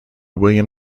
william